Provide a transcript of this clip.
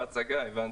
הבנתי.